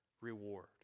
reward